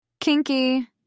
Kinky